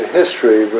history